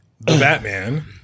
Batman